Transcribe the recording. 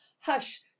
hush